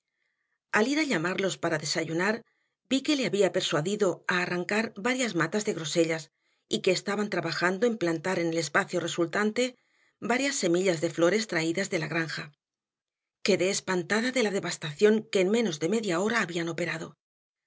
al ir a llamarlos para desayunar vi que le había persuadido a arrancar varias matas de grosellas y que estaban trabajando en plantar en el espacio resultante varias semillas de flores traídas de la granja quedé espantada de la devastación que en menos de media hora habían operado